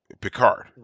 Picard